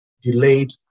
delayed